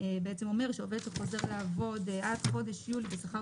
בעצם אומר שעובד שחוזר לעבוד עד חודש יולי בשכר